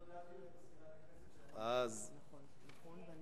אני הודעתי למזכירת הכנסת שאני במקומו.